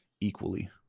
equally